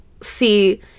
see